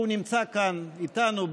הוא נמצא כאן איתנו,